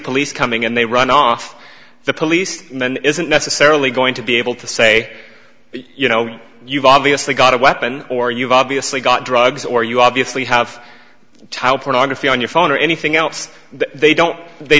police coming and they run off the police and then isn't necessarily going to be able to say you know you've obviously got a weapon or you've obviously got drugs or you obviously have tile pornography on your phone or anything else that they don't they